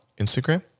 Instagram